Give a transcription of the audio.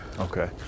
Okay